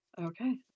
Okay